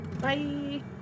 Bye